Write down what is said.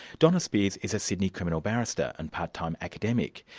donna spears is a sydney criminal barrister and part-time academic.